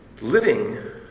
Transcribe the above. Living